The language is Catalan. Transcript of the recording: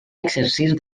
exercir